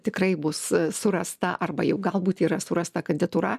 tikrai bus surasta arba jau galbūt yra surasta kandidatūra